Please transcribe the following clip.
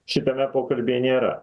šitame pokalbyje nėra